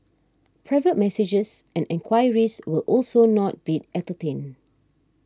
private messages and enquiries will also not be entertained